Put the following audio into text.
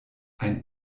ein